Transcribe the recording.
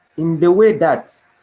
in the way that,